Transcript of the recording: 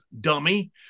dummy